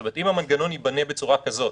אם המנגנון ייבנה בצורה כזאת